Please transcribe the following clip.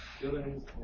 feelings